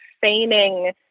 feigning